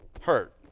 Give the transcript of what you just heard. hurt